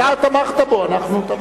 אתה תמכת בו, אנחנו תמכנו בו.